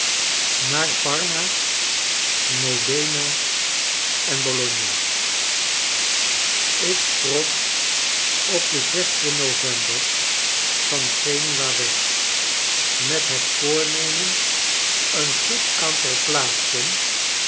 naar parma modena en bologna ik trok op den den november van genua weg met het voornemen een goed aantal plaatsen